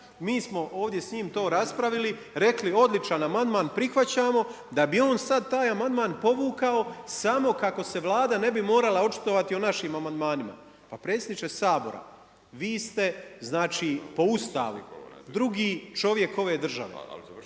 mi smo ovdje to s njim raspravili, rekli, odličan amandman, prihvaćamo, da bi on sad taj amandman povukao, samo kako se Vlada ne bi morala očitovati o našim amandmanima. Pa predsjedniče Sabora, vi ste znači po Ustavu, drugi čovjek ove države.